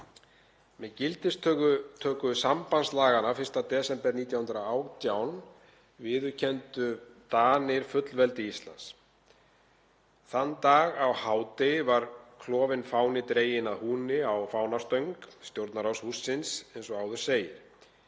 Með gildistöku sambandslaganna 1. desember 1918 viðurkenndu Danir fullveldi Íslands. Á hádegi þann dag var klofinn fáni dreginn að húni á fánastöng Stjórnarráðshússins, eins og áður segir.